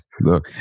Look